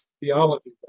theology